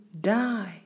die